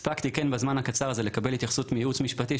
הספקתי בזמן הקצר הזה לקבל התייחסות מייעוץ משפטי,